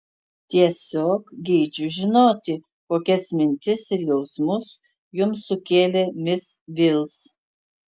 tiesiog geidžiu žinoti kokias mintis ir jausmus jums sukėlė mis vils